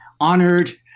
honored